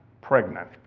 pregnant